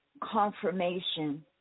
confirmation